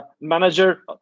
manager